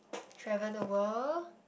travel the world